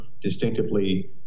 distinctively